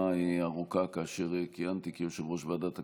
ארוכה כאשר כיהנתי כיושב-ראש ועדת הכנסת,